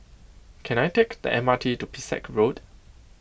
can I take the M R T to Pesek Road